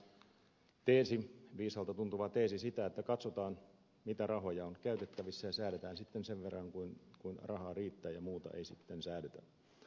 tarkoittaako tämä viisaalta tuntuva teesi sitä että katsotaan mitä rahoja on käytettävissä ja säädetään sitten sen verran kuin rahaa riittää ja muuta ei sitten säädetä